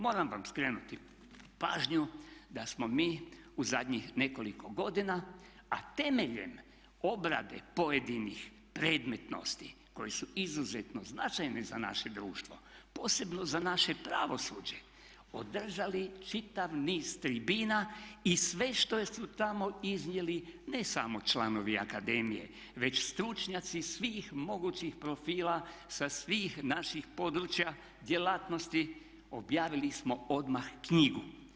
Moram vam skrenuti pažnju da smo mi u zadnjih nekoliko godina, a temeljem obrade pojedinih predmetnosti koje su izuzetno značajne za naše društvo posebno za naše pravosuđe održali čitav niz tribina i sve što su tamo iznijeli ne samo članovi akademije već stručnjaci svih mogućih profila sa svih naših područja djelatnosti objavili smo odmah knjigu.